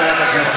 חברת הכנסת לבני.